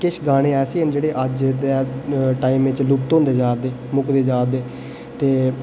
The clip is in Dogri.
किश गाने ऐसे न जेहड़े अज्ज दे टाइम च लुप्त होंदे जा दे मुक्कदे जा दे ते